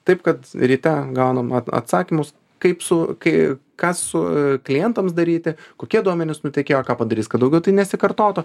taip kad ryte gaunam atsakymus kaip su kai ką su klientams daryti kokie duomenys nutekėjo ką padarys kad daugiau tai nesikartotų